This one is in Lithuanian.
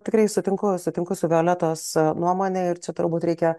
tikrai sutinku sutinku su violetos nuomone ir čia turbūt reikia